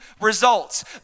results